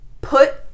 put